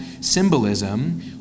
symbolism